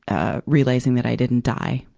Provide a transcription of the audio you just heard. ah, realizing that i didn't die.